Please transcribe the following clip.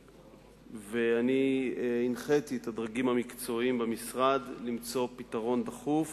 ואני הנחיתי את הדרגים המקצועיים במשרד למצוא פתרון דחוף